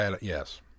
Yes